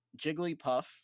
Jigglypuff